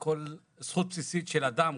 כל זכות בסיסית של אדם,